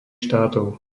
štátov